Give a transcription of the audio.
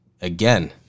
again